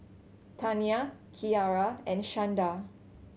Tanya Kiarra and Shanda